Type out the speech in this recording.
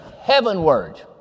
heavenward